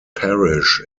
parish